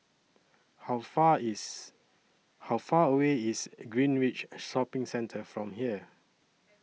How Far IS How Far away IS Greenridge Shopping Centre from here